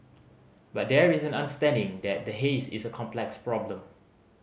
but there is an understanding that the haze is a complex problem